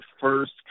first